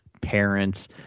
parents